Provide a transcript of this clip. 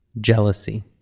jealousy